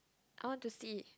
I want to see